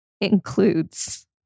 includes